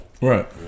Right